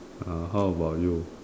uh how about you